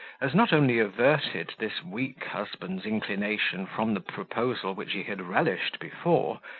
as not only averted this weak husband's inclination from the proposal which he had relished before,